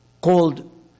called